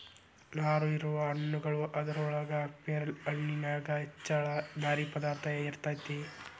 ನಾರು ಇರುವ ಹಣ್ಣುಗಳು ಅದರೊಳಗ ಪೇರಲ ಹಣ್ಣಿನ್ಯಾಗ ಹೆಚ್ಚ ನಾರಿನ ಪದಾರ್ಥ ಇರತೆತಿ